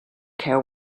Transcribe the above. care